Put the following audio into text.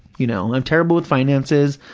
you know, i'm terrible with finances,